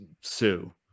Sue